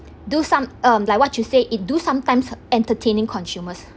do some um like what you say it do sometimes entertaining consumers